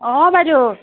অঁ বাইদেউ